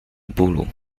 bólu